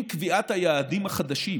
עם קביעת היעדים החדשים,